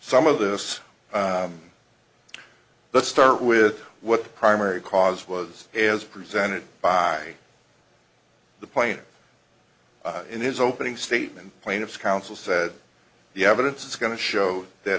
some of this let's start with what the primary cause was as presented by the player in his opening statement plaintiff's counsel said the evidence is going to show that